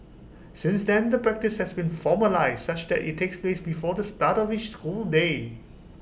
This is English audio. since then the practice has been formalised such that IT takes place before the start of each school day